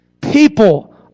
People